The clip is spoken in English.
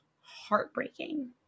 heartbreaking